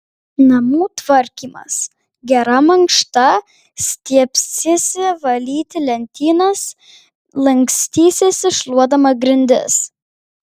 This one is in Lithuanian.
namų tvarkymas gera mankšta stiebsiesi valyti lentynas lankstysiesi šluodama grindis